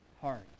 heart